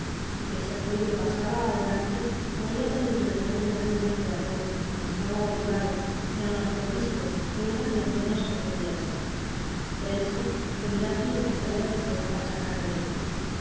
y que si aquello pasaba adelante corría peligro de no venir a ser emperador como estaba obligado ni aun arzobispo que era lo menos que podía ser por eso que mirasen lo que se había de hacer para sacarle de allí